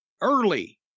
early